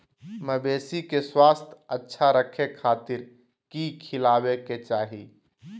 मवेसी के स्वास्थ्य अच्छा रखे खातिर की खिलावे के चाही?